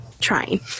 trying